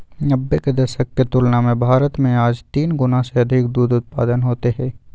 नब्बे के दशक के तुलना में भारत में आज तीन गुणा से अधिक दूध उत्पादन होते हई